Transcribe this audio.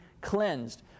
cleansed